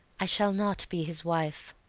i shall not be his wife.